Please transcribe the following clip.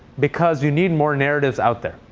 because you need more narratives out there.